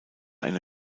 eine